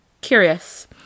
curious